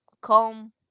come